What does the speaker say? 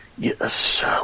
Yes